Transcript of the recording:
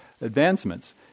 advancements